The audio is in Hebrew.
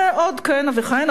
ועוד כהנה וכהנה,